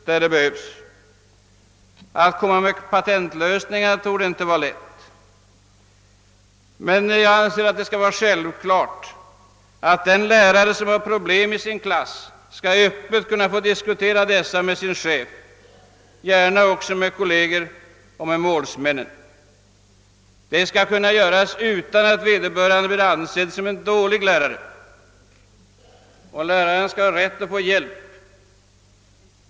Det torde inte vara lätt att komma med patentlösningar, men jag anser det självklart att den lärare som har problem med sin klass öppet skall få diskutera dessa med sin chef och gärna också med kolleger och målsmän. Det skall vederbörande få göra utan att bli ansedd som en dålig lärare. Läraren skall ha rätt att få hjälp.